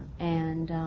and